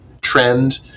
trend